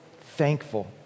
thankful